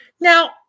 Now